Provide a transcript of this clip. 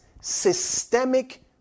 systemic